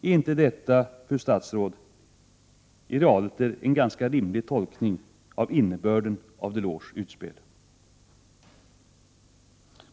Är inte detta, fru statsråd, en ganska rimlig tolkning av innebörden av Delors utspel?